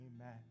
Amen